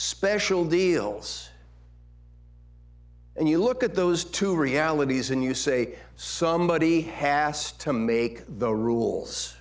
special deals and you look at those two realities and you say somebody has to make the rules